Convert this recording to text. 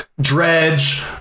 dredge